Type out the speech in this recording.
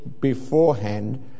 beforehand